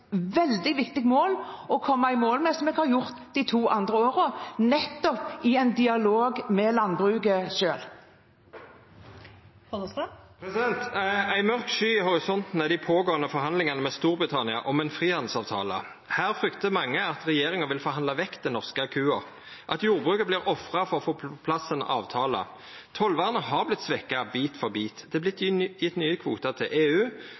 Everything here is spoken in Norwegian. veldig viktig å komme i mål med, som jeg har gjort de to andre årene – nettopp i en dialog med landbruket selv. Det åpnes for oppfølgingsspørsmål – først Geir Pollestad. Ei mørk sky i horisonten er dei pågåande forhandlingane med Storbritannia om ein frihandelsavtale. Mange fryktar at regjeringa vil forhandla vekk den norske kua, at jordbruket vert ofra for å få på plass ein avtale. Tollvernet har vorte svekt bit for bit. Det har vorte gjeve nye kvotar til EU.